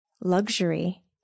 luxury